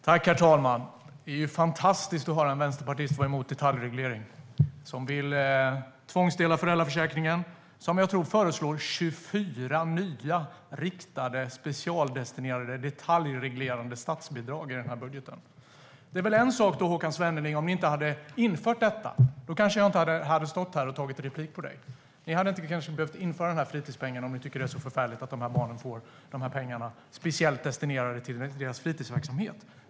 Herr talman! Det är fantastiskt att höra en vänsterpartist vara emot detaljreglering. Vänsterpartiet vill tvångsdela föräldraförsäkringen och föreslår, tror jag, 24 nya riktade, specialdestinerade och detaljreglerade statsbidrag i den här budgeten. Det hade väl varit en sak om ni inte hade infört detta. Då kanske jag inte hade stått här och tagit replik på dig. Ni hade inte behövt införa fritidspengen om ni tycker att det är så förfärligt att de här barnen får pengar speciellt destinerade till fritidsverksamheten.